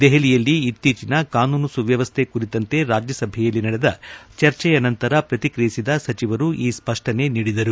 ದೆಹಲಿಯಲ್ಲಿ ಇತ್ತೀಚಿನ ಕಾನೂನು ಸುವ್ಲವಸ್ಥೆ ಕುರಿತಂತೆ ರಾಜ್ಯಸಭೆಯಲ್ಲಿ ನಡೆದ ಚರ್ಚೆಯ ನಂತರ ಪ್ರತಿಕ್ರಿಯಿಸಿದ ಸಚಿವರು ಈ ಸ್ವಷ್ಷನೆಯನ್ನು ನೀಡಿದರು